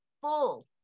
full